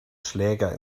schläger